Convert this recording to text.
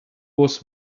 was